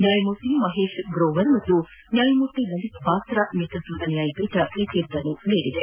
ನ್ಯಾಯಮೂರ್ತಿ ಮಹೇಶ್ ಗ್ರೋವರ್ ಮತ್ತು ನ್ಯಾಯಮೂರ್ತಿ ಲಲಿತ್ ಬಾತ್ರ ನೇತೃತ್ವದ ನ್ಯಾಯಪೀಠ ಈ ತೀರ್ಪನ್ನು ನೀಡಿದೆ